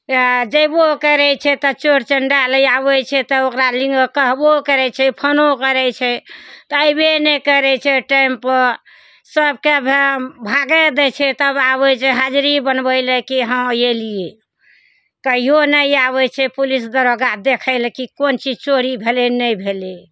जयबो करय छै तऽ चोर चण्डाल लए आबय छै तऽ ओकरा लग कहबो करय छै फोनो करय छै तऽ अइबे नहि करय छै टाइमपर सबके भागाय दै छै तब आबय छै हाजरी बनबय लऽ कि हँ एलियै कहिओ नहि आबय छै पुलिस दरोगा देखय लए कि कोन चीज चोरी भेलय नहि भेलय